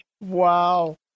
Wow